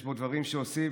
יש בו דברים שעושים